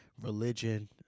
religion